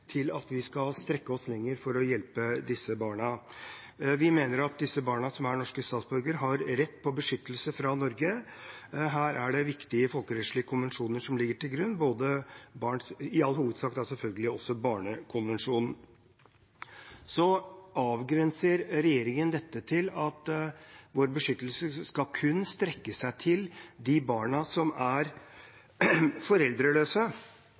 til at vi skal strekke oss lenger for å hjelpe disse barna. Vi mener at disse barna, som er norske statsborgere, har rett til beskyttelse fra Norge. Her er det viktige folkerettslige konvensjoner som ligger til grunn, i all hovedsak selvfølgelig Barnekonvensjonen. Regjeringen avgrenser dette til at vår beskyttelse kun skal strekke seg til å gjelde de barna som er foreldreløse.